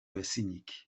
ezinik